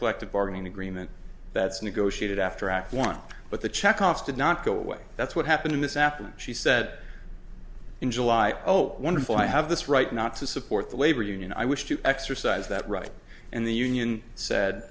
collective bargaining agreement that's negotiated after act one but the check off did not go away that's what happened this afternoon she said in july oh wonderful i have this right not to support the labor union i wish to exercise that right and the union said